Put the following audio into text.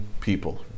people